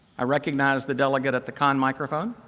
i recognize the delegate at the con microphone.